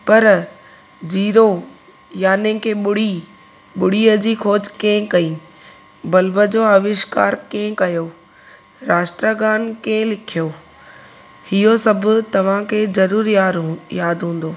पर ज़ीरो यानी की ॿुड़ी ॿुड़ीअ जी खोज कंहिं कई बल्ब जो आविष्कार कंहि कयो राष्ट्रगान कंहि लिखियो इहो सभु तव्हांखे ज़रूर यार हू यादि हूंदो